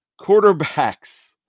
Quarterbacks